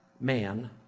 man